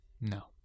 No